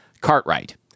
Cartwright